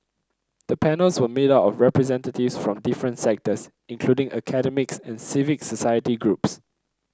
the panels were made up of representatives from different sectors including academics and civic society groups